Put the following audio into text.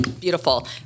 beautiful